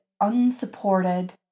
unsupported